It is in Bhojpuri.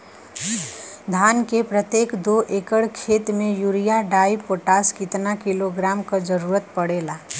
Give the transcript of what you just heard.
धान के प्रत्येक दो एकड़ खेत मे यूरिया डाईपोटाष कितना किलोग्राम क जरूरत पड़ेला?